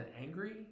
angry